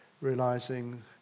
realizing